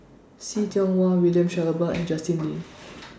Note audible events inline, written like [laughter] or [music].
See Tiong Wah William Shellabear and Justin Lean [noise]